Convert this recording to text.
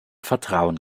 vertrauen